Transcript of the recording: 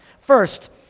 First